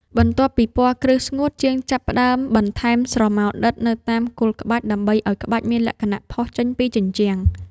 បន្ទាប់ពីពណ៌គ្រឹះស្ងួត ជាងចាប់ផ្ដើមបន្ថែមស្រមោលដិតនៅតាមគល់ក្បាច់ ដើម្បីឱ្យក្បាច់មានលក្ខណៈផុសចេញពីជញ្ជាំង។